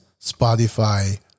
Spotify